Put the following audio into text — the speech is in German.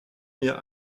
mir